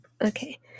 Okay